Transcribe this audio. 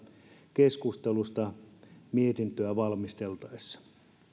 keskustelusta mietintöä valmisteltaessa